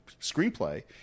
screenplay